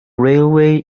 railway